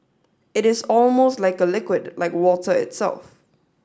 it is almost like a liquid like water itself